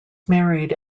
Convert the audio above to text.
married